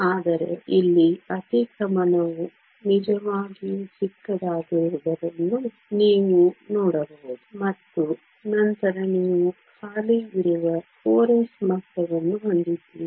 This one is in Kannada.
ಆದರೆ ಇಲ್ಲಿ ಅತಿಕ್ರಮಣವು ನಿಜವಾಗಿಯೂ ಚಿಕ್ಕದಾಗಿರುವುದನ್ನು ನೀವು ನೋಡಬಹುದು ಮತ್ತು ನಂತರ ನೀವು ಖಾಲಿ ಇರುವ 4s ಮಟ್ಟವನ್ನು ಹೊಂದಿದ್ದೀರಿ